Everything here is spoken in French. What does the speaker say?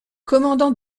commandant